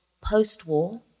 post-war